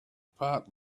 part